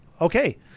Okay